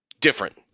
different